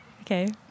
Okay